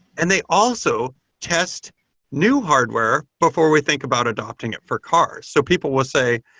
and they also test new hardware before we think about adapting it for cars. so people will say,